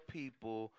people